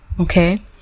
Okay